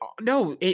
no